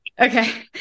Okay